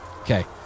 okay